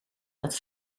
dat